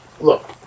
Look